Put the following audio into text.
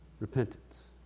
repentance